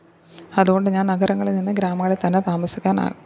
അതു കൊണ്ട് ഞാന് നഗരങ്ങളില് നിന്ന് ഗ്രാമങ്ങളില്ത്തന്നെ താമസിക്കാനാണ്